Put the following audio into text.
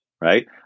right